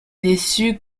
déçu